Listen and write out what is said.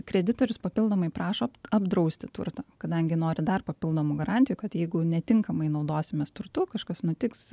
kreditorius papildomai prašo apdrausti turtą kadangi nori dar papildomų garantijų kad jeigu netinkamai naudosimės turtu kažkas nutiks